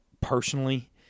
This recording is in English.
personally